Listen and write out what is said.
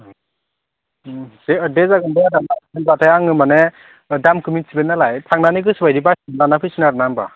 दे जागोन दे आदा ना होनबाथाय आं माने दामखौ मिनथिबाय नालाय थांनानै गोसोबायदि बासिनानै लाना फैसिगोन आरो ना होनबा